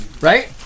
right